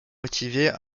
motivé